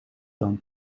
dan